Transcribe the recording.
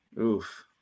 Oof